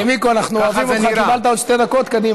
ככה זה נראה.